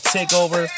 Takeover